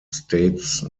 states